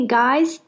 guys